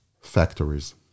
factories